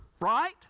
Right